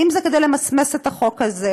אם זה כדי למסמס את החוק הזה,